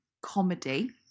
comedy